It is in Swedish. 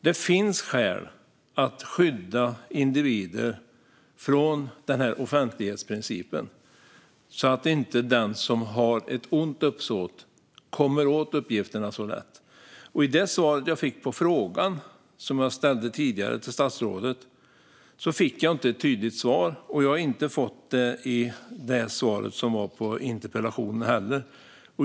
Det finns skäl att skydda individer från offentlighetsprincipen så att den som har ont uppsåt inte kommer åt uppgifterna så lätt. Jag fick inget tydligt svar på frågan som jag ställde tidigare till statsrådet, och jag har inte heller fått ett tydligt svar i interpellationssvaret.